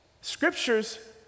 scriptures